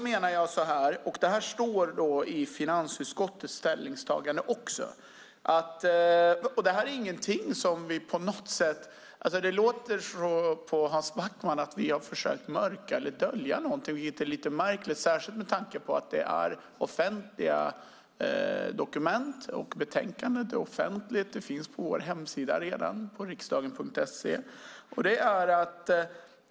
Herr talman! Detta står i finansutskottets ställningstagande. Det är inte något som vi på något sätt vill dölja. Det låter på Hans Backman som att vi har försökt mörka någonting. Det är lite märkligt med tanke på att det är offentliga dokument. Betänkandet är offentligt och finns redan på vår hemsida Riksdagen.se.